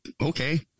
okay